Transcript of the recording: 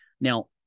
Now